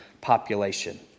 population